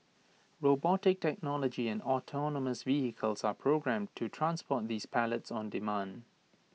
robotic technology and autonomous vehicles are programmed to transport these pallets on demand